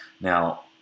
Now